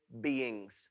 beings